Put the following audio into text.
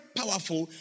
powerful